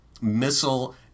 missile